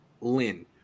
Lynn